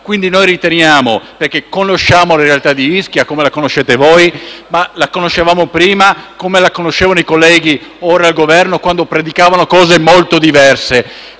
intorno alla realtà. Noi conosciamo la realtà di Ischia, come la conoscete voi, ma la conoscevamo prima, come la conoscevano i colleghi ora al Governo, quando predicavano cose molto diverse,